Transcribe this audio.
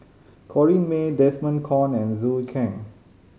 Corrinne May Desmond Kon and Zhou Can